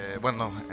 bueno